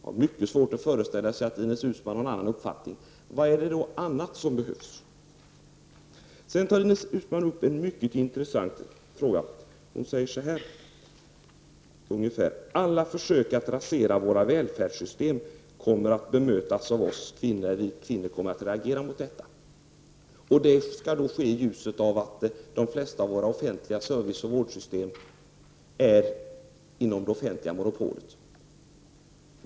Jag har mycket svårt att föreställa mig att Ines Uusmann har en annan uppfattning. Vad mer är det som behövs? Sedan tar Ines Uusmann upp en mycket intressant fråga. Hon säger ungefär så här: Alla försök att rasera våra välfärdssystem kommer att bemötas av oss kvinnor. Vi kvinnor kommer att reagera mot detta. Det skall ske i ljuset av att de flesta av våra offentliga service och vårdsystem finns inom det offentliga monopolet.